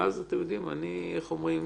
ואז איך אומרים?